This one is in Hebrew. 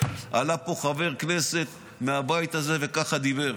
עלה לפה חבר כנסת מהבית הזה וככה דיבר.